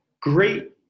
great